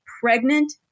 pregnant